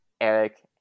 Eric